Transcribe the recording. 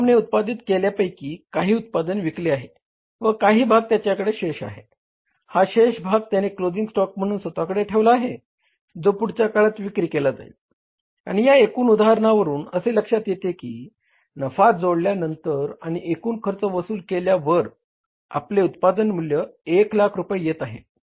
फर्मने उत्पादित केल्यापैकी काही उत्पादन विकले आहे व काही भाग त्याच्याकडे शेष आहे हा शेष भाग त्याने क्लोझिंग स्टॉक म्हणून स्वतःकडे ठेवला आहे जो पुढच्या काळात विक्री केला जाईल आणि या एकूण उदाहरणावरून असे लक्षात येत आहे की नफा जोडल्यानंतर आणि एकूण खर्च वसूल केल्यावर आपले उत्पादन मूल्य एक लाख रुपये येते आहे